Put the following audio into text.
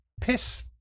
Piss